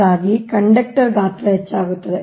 ಹೀಗಾಗಿ ಕಂಡಕ್ಟರ್ ಗಾತ್ರ ಹೆಚ್ಚಾಗುತ್ತದೆ